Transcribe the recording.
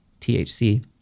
THC